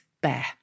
Bear